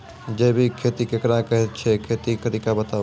जैबिक खेती केकरा कहैत छै, खेतीक तरीका बताऊ?